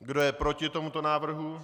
Kdo je proti tomuto návrhu?